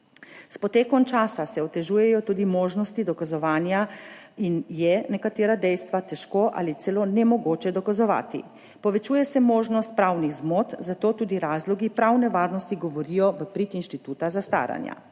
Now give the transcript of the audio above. S potekom časa se otežujejo tudi možnosti dokazovanja in je nekatera dejstva težko ali celo nemogoče dokazovati. Povečuje se možnost pravnih zmot, zato tudi razlogi pravne varnosti govorijo v prid instituta zastaranja.